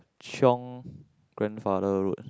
chiong grandfather road